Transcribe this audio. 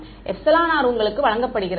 r உங்களுக்கு வழங்கப்படுகிறது அந்த